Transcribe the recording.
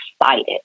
excited